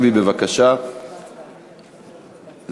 שנייה ובקריאה שלישית.